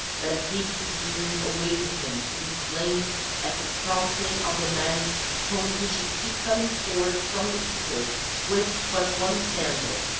that a hateful doom awaited him to be slain at the prompting of the man whom he should see coming forth from the people with but one sandal.